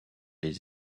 les